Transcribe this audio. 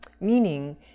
meaning